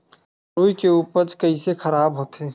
रुई के उपज कइसे खराब होथे?